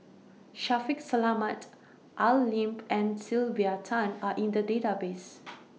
Shaffiq Selamat Al Lim and Sylvia Tan Are in The Database